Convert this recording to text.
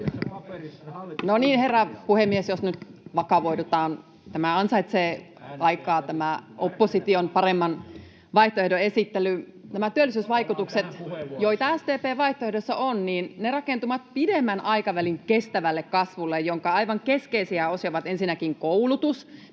— Puhemies koputtaa] — Jos nyt vakavoidutaan. — Tämä ansaitsee aikaa, tämä opposition paremman vaihtoehdon esittely. Nämä työllisyysvaikutukset, joita SDP:n vaihtoehdossa on, rakentuvat pidemmän aikavälin kestävälle kasvulle, jonka aivan keskeisiä osia ovat ensinnäkin koulutus